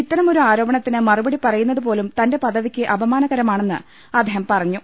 ഇത്തരം ഒരു ആരോപണത്തിന് മറുപടി പറയുന്നത് പോലും തന്റെ പദവിക്ക് അപമാനകരമാണെന്ന് അദ്ദേഹം പറഞ്ഞു